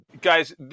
guys